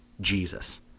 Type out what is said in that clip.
Jesus